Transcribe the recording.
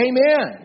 Amen